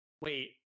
Wait